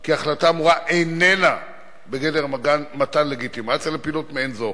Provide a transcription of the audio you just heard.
כי ההחלטה האמורה איננה בגדר מתן לגיטימציה לפעילות מעין זו.